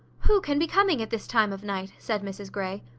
who can be coming at this time of night? said mrs grey.